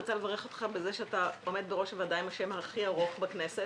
אני רוצה לברך אותך על זה שאתה עומד בראש הוועדה עם השם הכי ארוך בכנסת.